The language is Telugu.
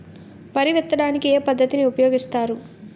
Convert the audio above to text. వరి విత్తడానికి ఏ పద్ధతిని ఉపయోగిస్తారు?